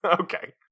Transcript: Okay